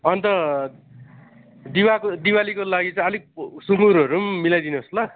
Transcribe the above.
अन्त दिवाको दिवालीको लागि चाहिँ अलिक सुँगुरहरू पनि मिलाइदिनुहोस् ल